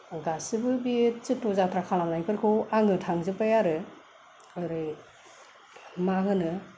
गासैबो बे जत' जात्रा खालामनायफोरखौ आङो थांजोब्बाय आरो आरो मा होनो